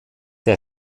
der